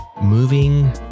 moving